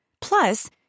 Plus